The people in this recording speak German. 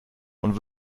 und